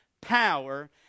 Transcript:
power